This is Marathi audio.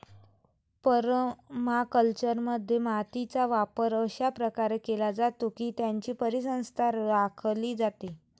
परमाकल्चरमध्ये, मातीचा वापर अशा प्रकारे केला जातो की त्याची परिसंस्था राखली जाते